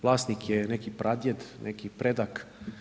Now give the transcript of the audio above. Vlasnik je neki pradjed, neki predak.